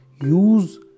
use